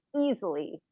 easily